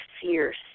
fierce